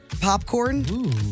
popcorn